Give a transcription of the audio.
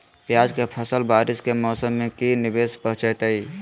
प्याज के फसल बारिस के मौसम में की निवेस पहुचैताई?